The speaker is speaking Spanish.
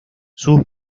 sus